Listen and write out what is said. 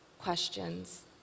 questions